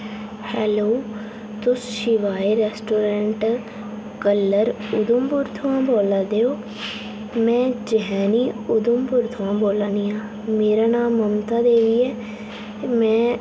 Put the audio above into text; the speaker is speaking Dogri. हैलो तुस शिवाए रेस्टोरेंट कलर उधमपुर थमां बोल्लै दे ओ में जखैनी उधमपुर थमां बोल्लै नी आं मेरा नाम ममता देवी ऐ ते मैं